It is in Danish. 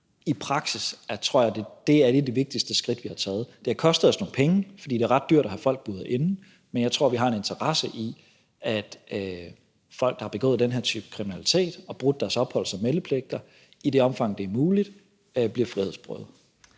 I praksis tror jeg, det er et af de vigtigste skridt, vi har taget. Det har kostet os nogle penge, for det er ret dyrt at have folk buret inde, men jeg tror, vi har en interesse i, at folk, der har begået den her type kriminalitet og brudt deres opholds- og meldepligter, i det omfang, det er muligt, bliver frihedsberøvet.